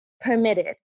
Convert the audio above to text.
permitted